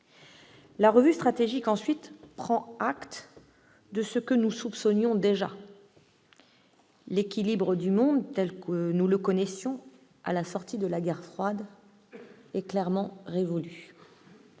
La revue stratégique, ensuite, prend acte de ce que nous soupçonnions déjà : l'équilibre du monde tel que nous le connaissions à la sortie de la guerre froide est révolu.